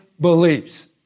beliefs